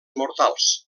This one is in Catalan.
mortals